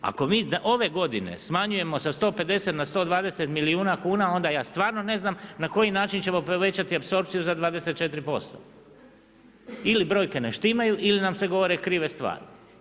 Ako mi ove godine smanjujemo sa 150 na 120 milijuna kuna, onda ja stvarno ne znam na koji način ćemo povećati apsorpciju za 24%. ili brojke ne štimaju ili nam se govore krive stvari.